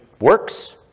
works